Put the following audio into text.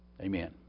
Amen